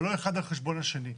אבל לא אחד על חשבון השני.